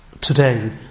today